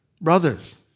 Brothers